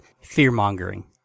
fear-mongering